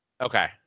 Okay